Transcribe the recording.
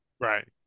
right